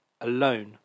alone